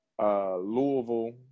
Louisville